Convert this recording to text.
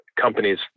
companies